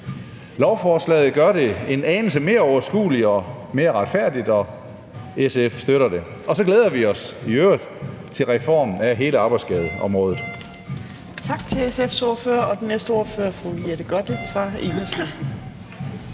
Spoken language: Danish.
Lovforslaget gør det en anelse mere overskueligt og mere retfærdigt, og SF støtter det. Og så glæder vi os i øvrigt til reformen af hele arbejdsskadeområdet.